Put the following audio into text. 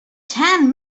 ten